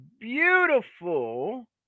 beautiful